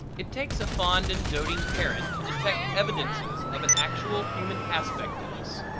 it takes a fond and doting parent to detect evidences of an actual human aspect in us.